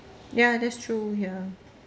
ya that's true ya